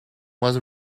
was